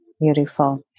Beautiful